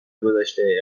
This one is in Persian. گذشته